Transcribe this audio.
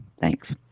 Thanks